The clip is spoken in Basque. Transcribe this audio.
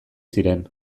ziren